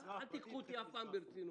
אל תיקחו אותי אף פעם ברצינות.